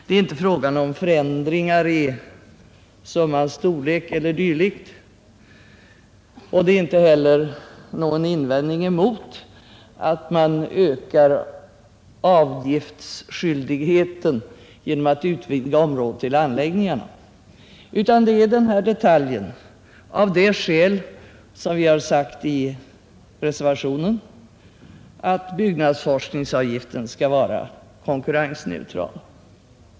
Det är alltså inte fråga om några ändringar i summans storlek e. d., och inte heller har man någon invändning mot att öka avgiftsskyldigheten genom att utvidga området till anläggningarna. Av de skäl som vi har angivit i reservationen vill vi bara att byggnadsforskningsavgiften skall vara konkurrensneutral.